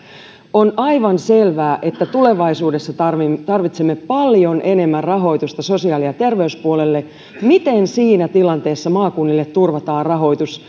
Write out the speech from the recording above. on aivan selvää että tulevaisuudessa tarvitsemme tarvitsemme paljon enemmän rahoitusta sosiaali ja terveyspuolelle miten siinä tilanteessa maakunnille turvataan rahoitus